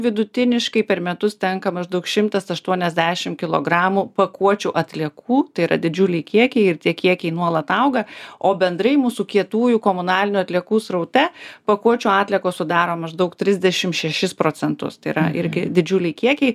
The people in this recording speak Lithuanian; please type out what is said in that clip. vidutiniškai per metus tenka maždaug šimtas aštuoniadešimt kilogramų pakuočių atliekų tai yra didžiuliai kiekiai ir tie kiekiai nuolat auga o bendrai mūsų kietųjų komunalinių atliekų sraute pakuočių atliekos sudaro maždaug trisdešimt šešis procentus tai yra irgi didžiuliai kiekiai